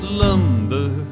lumber